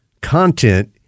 content